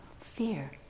fear